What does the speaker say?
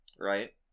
Right